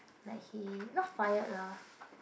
like he not fired lah